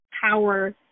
power